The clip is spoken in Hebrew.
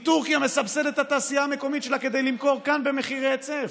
כי טורקיה מסבסדת את התעשייה המקומית שלה כדי למכור כאן במחירי היצף.